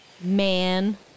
Man